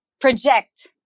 project